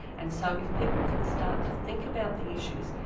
and so if people can start to think about the issues,